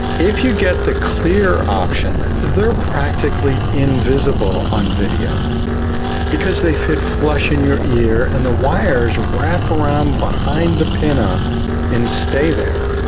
if you get the clear option, they're practically invisible on video because they fit flush in your ear and the wire is wrapped around behind the pinna and stay there,